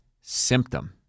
symptom